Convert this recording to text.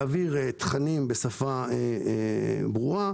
להעביר תכנים בצורה ברורה,